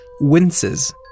winces